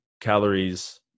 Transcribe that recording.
calories